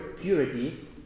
purity